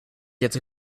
gets